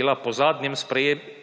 bila po zadnjih sprejetih